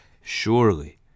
surely